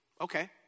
Okay